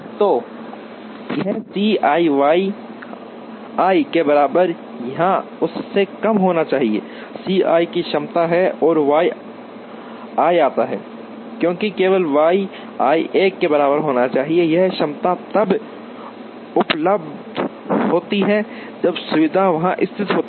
तो यह C i Y i के बराबर या उससे कम होना चाहिए C i क्षमता है और Y i आता है क्योंकि केवल Y i 1 के बराबर होने पर यह क्षमता तब उपलब्ध होती है जब सुविधा वहां स्थित होती है